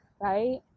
right